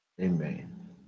Amen